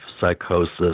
psychosis